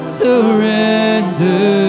surrender